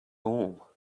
all